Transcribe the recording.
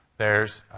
there's,